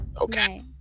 okay